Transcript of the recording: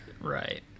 Right